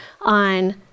on